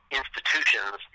institutions